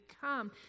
come